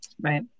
right